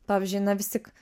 pavyzdžiui na vis tik